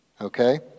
okay